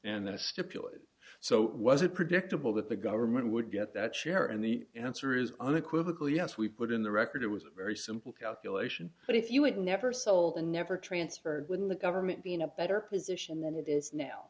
i stipulated so was it predictable that the government would get that share and the answer is unequivocal yes we put in the record it was a very simple calculation but if you would never sell the never transferred when the government be in a better position than it is now